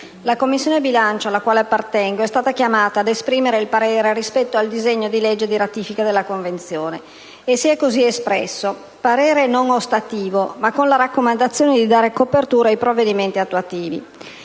la Commissione bilancio, alla quale appartengo, è stata chiamata ad esprimere il parere rispetto al disegno di legge di ratifica della Convenzione, e si è così espressa: parere non ostativo, ma con la raccomandazione di dare copertura ai provvedimenti attuativi.